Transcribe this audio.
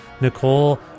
Nicole